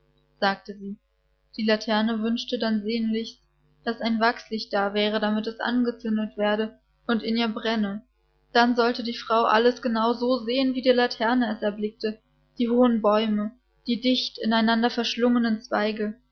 sagte sie die laterne wünschte dann sehnlichst daß ein wachslicht da wäre damit es angezündet werde und in ihr brenne dann sollte die frau alles genau so sehen wie die laterne es erblickte die hohen bäume die dicht in einander verschlungenen zweige